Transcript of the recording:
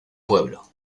pueblo